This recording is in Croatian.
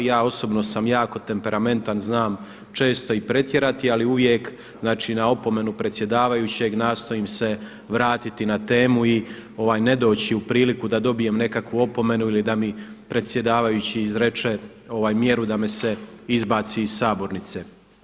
Ja osobno sam jako temperamentan, znam često i pretjerati ali uvijek znači na opomenu predsjedavajućeg nastojim se vratiti na temu i ne doći u priliku da dobijem nekakvu opomenu ili da mi predsjedavajući izrekne mjeru da me se izbaci iz sabornice.